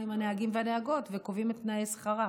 עם הנהגים והנהגות וקובעים את תנאי שכרם.